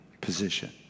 position